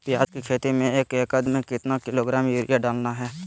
प्याज की खेती में एक एकद में कितना किलोग्राम यूरिया डालना है?